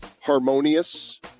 harmonious